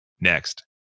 next